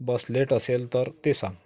बस late असेल तर ते सांग